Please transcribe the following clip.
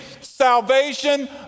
Salvation